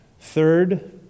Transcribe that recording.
Third